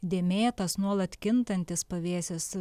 dėmėtas nuolat kintantis pavėsis